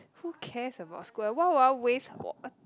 who cares about school what would I wait for